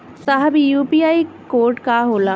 साहब इ UPI code का होला?